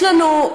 יש לנו,